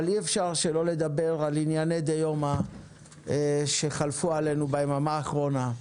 אבל אי אפשר שלא לדבר על ענייני דיומא שחלפו עלינו ביממה האחרונה.